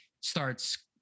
starts